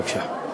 בבקשה.